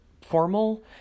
formal